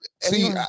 see